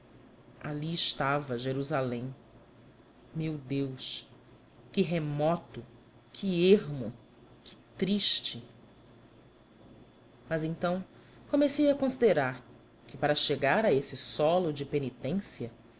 ali estava jerusalém meu deus que remoto que ermo que triste mas então comecei a considerar que para chegar a esse solo de penitência